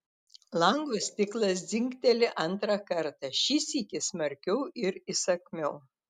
lango stiklas dzingteli antrą kartą šį sykį smarkiau ir įsakmiau